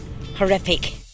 horrific